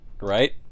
Right